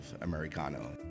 Americano